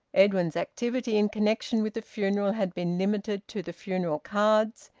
edwin's activity in connexion with the funeral had been limited to the funeral cards,